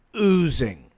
oozing